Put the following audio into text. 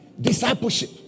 discipleship